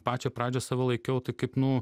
pačioj pradžioj save laikiau tai kaip nu